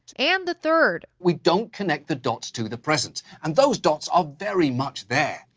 and the third. we don't connect the dots to the present. and those dots are very much there.